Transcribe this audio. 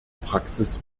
praxis